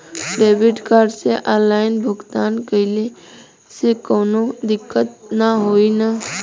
Debit card से online भुगतान कइले से काउनो दिक्कत ना होई न?